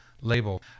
label